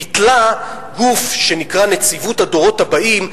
ביטלה גוף שנקרא נציבות הדורות הבאים,